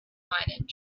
and